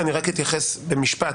אני רק אתייחס במשפט.